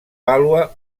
vàlua